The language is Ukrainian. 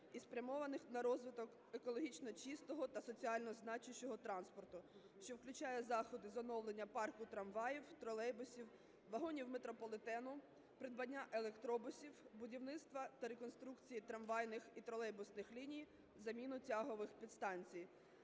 і спрямованих на розвиток екологічно чистого та соціально значущого транспорту, що включає заходи з оновлення парку трамваїв, тролейбусів, вагонів метрополітену, придбання електробусів, будівництва та реконструкції трамвайних і тролейбусних ліній, заміну тягових підстанцій.